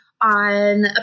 on